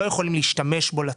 או שאתה יכול למכור מהנכסים שלך.